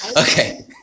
Okay